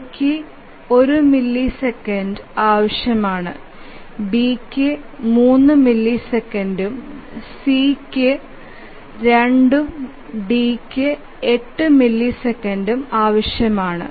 എയ്ക്ക് 1 മില്ലിസെക്കൻഡ് ആവശ്യമാണ് ബിക്ക് 3 മില്ലിസെക്കൻഡും സിക്ക് 2 ഉം ഡിക്ക് 8 മില്ലിസെക്കൻഡും ആവശ്യമാണ്